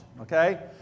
okay